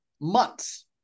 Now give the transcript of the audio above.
months